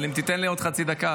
אבל אם תיתן לי עוד חצי דקה,